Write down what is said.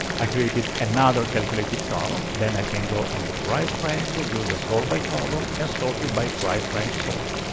i created another calculated column. then i can go on the price range, use the sort by column and sort it by price range sort.